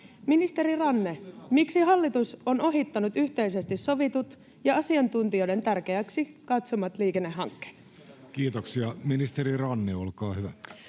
Ministeri Ranne, miksi hallitus on ohittanut yhteisesti sovitut ja asiantuntijoiden tärkeiksi katsomat liikennehankkeet? Kiitoksia. — Ministeri Ranne, olkaa hyvä.